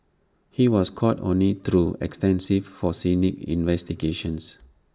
he was caught only through extensive investigations